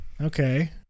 okay